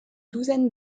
douzaine